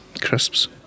Crisps